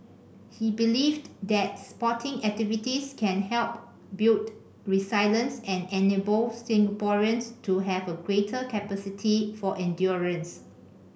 he believed that sporting activities can help build resilience and enable Singaporeans to have a greater capacity for endurance